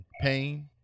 pain